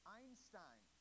Einstein